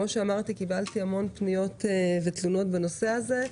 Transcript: כמו שאמרתי, קיבלתי המון פניות ותלונות בנושא הזה.